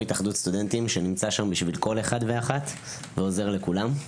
התאחדות סטודנטים שנמצא שם בשביל כל אחד ואחת ועוזר לכולם.